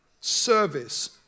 service